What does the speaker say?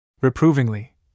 Reprovingly